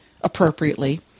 appropriately